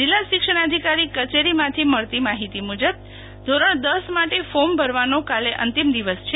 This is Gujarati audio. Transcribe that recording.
જિલ્લા શિક્ષણાધિકારી કચેરીમાંથી મળતી માહિતી મુજબ ધોરણ દસ માટે ફોર્મ ભરવાનો કાલે અંતિમ દિવસ છે